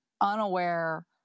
unaware